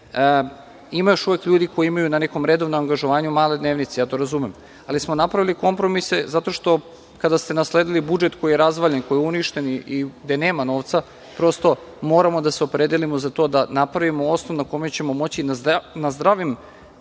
Ima još uvek ljudi koji imaju na nekom redovnom angažovanju male dnevnice. Ja to razumem. Ali, smo napravili kompromise zato što kada ste nasledili budžet koji je razvaljen, koji je uništen i gde nema novca, prosto moramo da se opredelimo za to da napravimo osnov na kome ćemo moći na zdravim načinima